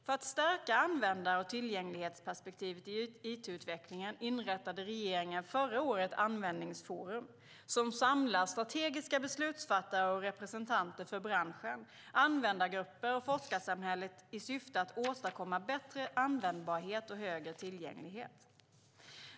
För att stärka användar och tillgänglighetsperspektivet i it-utvecklingen inrättade regeringen förra året Användningsforum, som samlar strategiska beslutsfattare och representanter för branschen, användargrupper och forskarsamhället i syfte att åstadkomma bättre användbarhet och högre tillgänglighet.